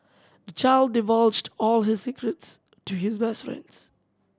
the child divulged all his secrets to his best friends